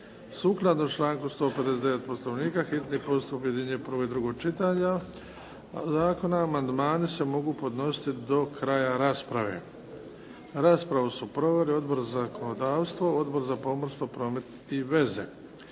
Sukladno članku 159. Poslovnika hitni postupak objedinjuje prvo i drugo čitanje zakona. Amandmani se mogu podnositi do kraja rasprave. Raspravu su proveli Odbor za zakonodavstvo, Odbor za pomorstvo, promet i veze.